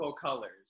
colors